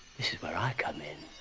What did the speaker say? this is where i come in.